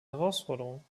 herausforderung